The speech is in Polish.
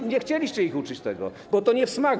Wy nie chcieliście ich uczyć tego, bo to wam nie w smak.